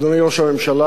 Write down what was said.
אדוני ראש הממשלה,